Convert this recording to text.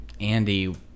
Andy